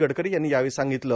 गडकरी यांनी यावेळी सांगितलं